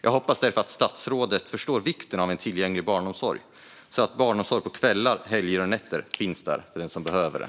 Jag hoppas därför att statsrådet förstår vikten av en tillgänglig barnomsorg så att barnomsorg på kvällar, helger och nätter finns där för dem som behöver det.